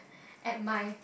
at my